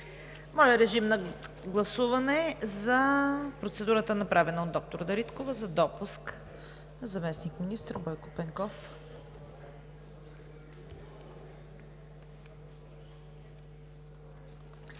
Моля, гласувайте процедурата, направена от доктор Дариткова, за допуск на заместник-министър Бойко Пенков.